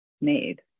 made